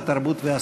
התרבות והספורט.